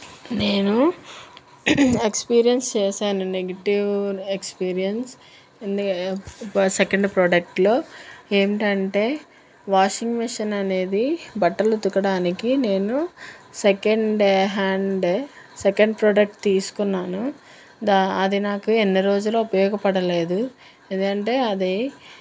నేను ఎక్స్పీరియన్స్ చేశాను negative experience second ప్రోడక్ట్లో ఏంటంటే వాషింగ్ మిషన్ అనేది బట్టలు ఉతకడానికి నేను సెకండ్ హ్యాండ్ సెకండ్ ప్రోడక్ట్ తీసుకున్నాను ద అది నాకు ఎన్ని రోజులు ఉపయోగపడలేదు ఎందుకంటే అది